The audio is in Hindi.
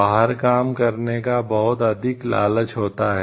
बाहर काम करने का बहुत अधिक लालच होता है